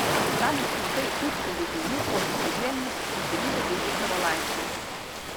tąnakt šimtai tūkstančiai žmonių buvo susivieniję pasiryžę ginti savo laisvę